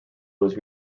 was